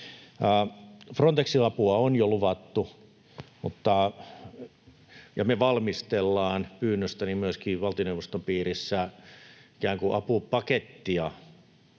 Frontexin apua on jo luvattu, mutta me valmistellaan pyynnöstäni myöskin valtioneuvoston piirissä ikään